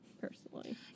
personally